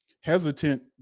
hesitant